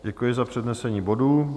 Děkuji za přednesení bodu.